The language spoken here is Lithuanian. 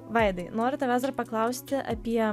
vaidai noriu tavęs dar paklausti apie